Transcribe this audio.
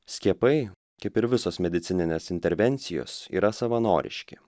skiepai kaip ir visos medicininės intervencijos yra savanoriški